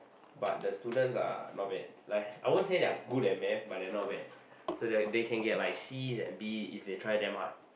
but the students are not bad like I won't that they're good at math but they're not bad so that they can get like Cs and D if they try damn hard